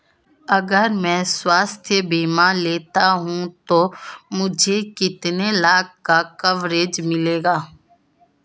अगर मैं स्वास्थ्य बीमा लेता हूं तो मुझे कितने लाख का कवरेज मिलेगा?